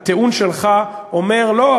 הטיעון שלך אומר: לא,